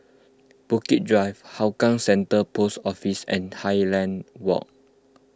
Bukit Drive Hougang Center Post Office and Highland Walk